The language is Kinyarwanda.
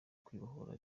kwibohora